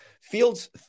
fields